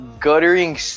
guttering